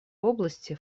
области